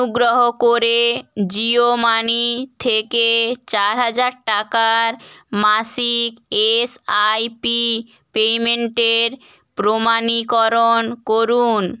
অনুগ্রহ করে জিও মানি থেকে চার হাজার টাকার মাসিক এসআইপি পেমেন্টের প্রমাণীকরণ করুন